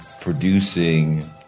Producing